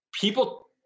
people